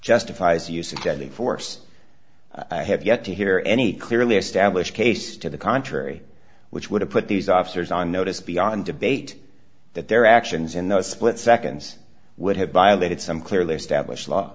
justifies use of deadly force i have yet to hear any clearly established case to the contrary which would have put these officers on notice beyond debate that their actions in those split seconds would have violated some clearly established law